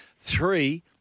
Three